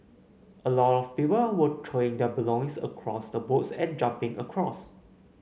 a lot of people were throwing their belongings across the boats and jumping across